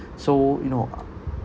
so you know uh